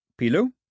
Pilu